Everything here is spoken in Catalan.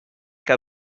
que